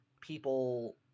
people